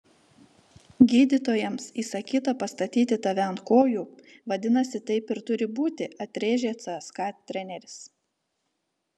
gydytojams įsakyta pastatyti tave ant kojų vadinasi taip ir turi būti atrėžė cska treneris